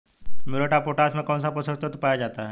Muriate of potash में कौन सा पोषक तत्व पाया जाता है?